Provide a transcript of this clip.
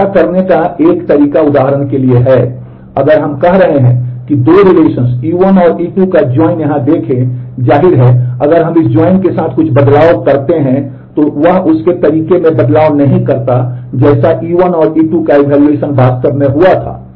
अब ऐसा करने का एक तरीका उदाहरण के लिए है अगर हम कह रहे हैं कि दो रिलेशन्स वास्तव में हुआ था